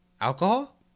Alcohol